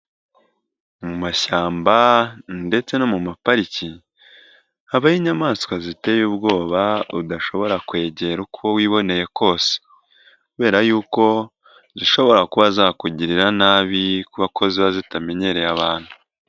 Mu mashyamba ndetse no mu mapariki, habayo inyamaswa ziteye ubwoba udashobora kwegera uko wiboneye kose kubera yuko zishobora kuba zakugirira nabi kubera ko ziba zitamenyereye abantu.